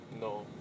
No